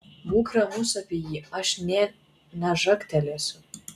būk ramus apie jį aš nė nežagtelėsiu